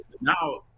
Now